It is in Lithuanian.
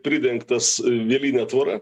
pridengtas vieline tvora